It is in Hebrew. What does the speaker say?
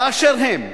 באשר הם.